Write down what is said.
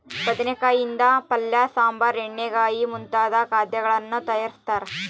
ಬದನೆಕಾಯಿ ಯಿಂದ ಪಲ್ಯ ಸಾಂಬಾರ್ ಎಣ್ಣೆಗಾಯಿ ಮುಂತಾದ ಖಾದ್ಯಗಳನ್ನು ತಯಾರಿಸ್ತಾರ